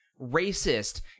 racist